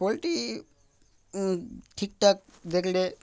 poultry ঠিক ঠাক দেখলে